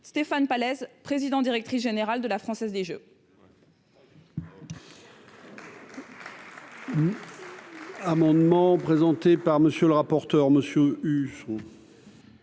Stéphane Pallez, présidente-directrice générale de la Française des Jeux.